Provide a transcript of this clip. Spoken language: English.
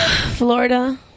Florida